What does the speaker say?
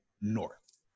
north